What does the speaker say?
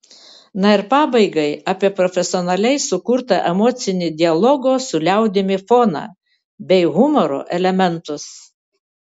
na ir pabaigai apie profesionaliai sukurtą emocinį dialogo su liaudimi foną bei humoro elementus